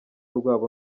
rwabo